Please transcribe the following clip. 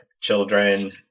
children